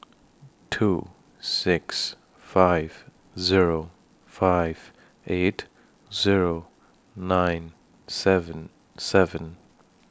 two six five Zero five eight Zero nine seven seven